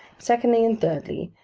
secondly and thirdly,